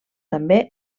també